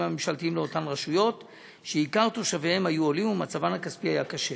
הממשלתיים לאותן רשויות שעיקר תושביהן היו עולים ומצבן הכספי היה קשה.